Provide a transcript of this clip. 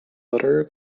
other